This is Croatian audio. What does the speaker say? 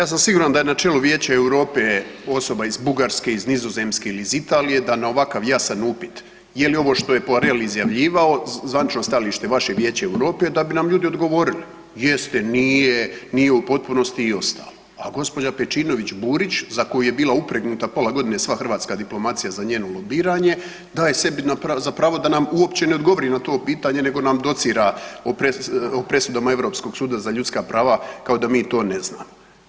Ja sam siguran da je na čelu Vijeća Europe osoba iz Bugarske, iz Nizozemske ili iz Italije da na ovakav jasan upit je li ovo što je Poirel izjavljivao zvanično stajalište vaše Vijeće Europe da bi nam ljude odgovorili „jeste“, „nije“, „nije u potpunosti“ i ostalo, a gđa. Pejčinović Burić za koju je bila upregnuta pola godine sva hrvatska diplomacija za njeno lobiranje daje sebi za pravo da nam uopće ne odgovori na to pitanje nego nam docira o presudama Europskog suda za ljudska prava kao da mi to ne znamo.